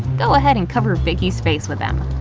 go ahead and cover vicki's face with them.